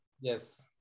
yes